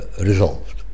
resolved